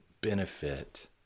benefit